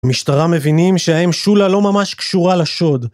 במשטרה מבינים שהאם שולה לא ממש קשורה לשוד.